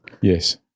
Yes